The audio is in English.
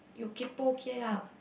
you kaypoh kia